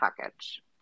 package